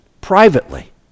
privately